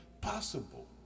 possible